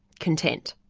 content,